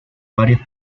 varias